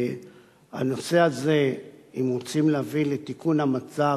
הנושא הזה, אם רוצים להביא לתיקון המצב,